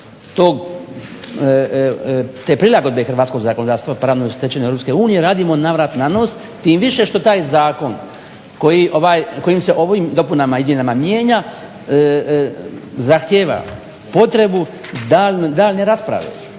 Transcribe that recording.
te prilagodbe hrvatskog zakonodavstva pravnoj stečevini EU radimo na vrat na nos tim više što taj zakon kojim se ovim dopunama i izmjenama mijenja zahtjeva potrebu daljnje rasprave